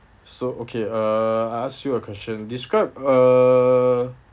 so okay uh I ask you a question describe a